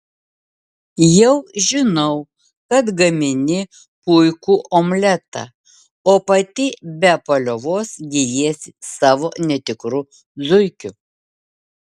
jau žinau kad gamini puikų omletą o pati be paliovos giriesi savo netikru zuikiu